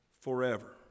forever